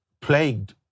plagued